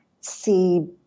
see